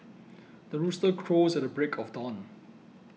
the rooster crows at the break of dawn